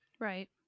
Right